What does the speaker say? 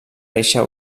reixa